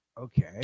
Okay